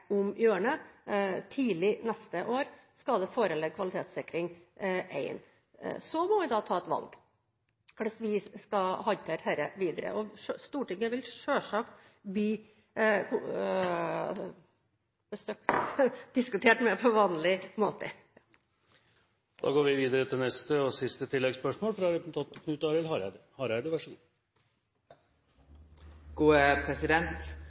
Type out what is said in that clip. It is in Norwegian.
hjørnet. Tidlig neste år skal det foreligge kvalitetssikring én. Så må vi da ta et valg om hvordan vi skal håndtere dette videre. Det vil selvsagt bli diskutert med Stortinget på vanlig måte. Knut Arild Hareide